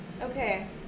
Okay